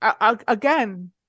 again